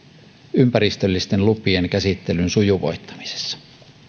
ympäristöllisten lupien käsittelyn sujuvoittamisessa